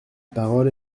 parole